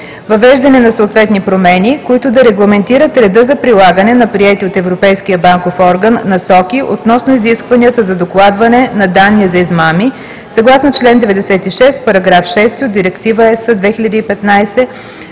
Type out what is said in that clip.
въвеждане на съответни промени, които да регламентират реда за прилагане на приети от Европейския банков орган Насоки относно изискванията за докладване на данни за измами съгласно член 96, параграф 6 от Директива (ЕС) 2015/2366,